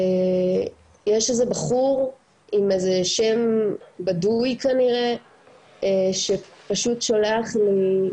יש איזה בחור עם איזה שם בדוי כנראה שפשוט שולח לי,